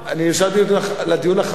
אני נרשמתי לדיון אחרון,